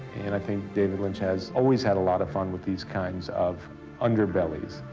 and i think david lynch has always had a lot of fun with these kinds of underbellies.